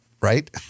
right